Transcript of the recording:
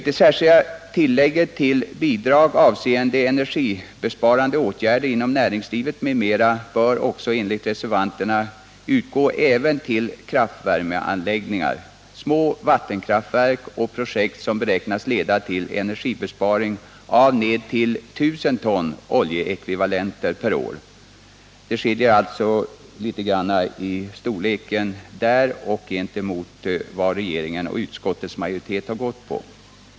Det särskilda tillägget till bidrag avseende energibesparande åtgärder inom näringslivet m.m. bör enligt reservanterna utgå även till kraftvärmeanläggningar, små vattenkraftverk och projekt som beräknas leda till energibesparingar på ned till 1 000 ton oljeekvivalenter per år. Det skiljer gibesparande åtgärder inom näringslivet alltså litet i storlek här jämfört med regeringens och utskottsmajoritetens förslag.